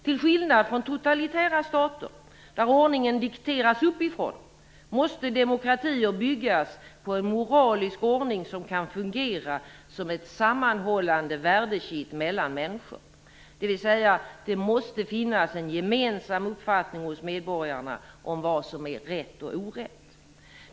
Till skillnad från totalitära stater där ordningen dikteras uppifrån, måste demokratier byggas på en moralisk ordning som kan fungera som ett sammanhållande värdekitt mellan människor, dvs. det måste finnas en gemensam uppfattning hos medborgarna om vad som är rätt och orätt.